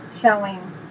showing